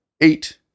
Eight